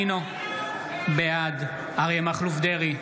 בעד אריה מכלוף דרעי,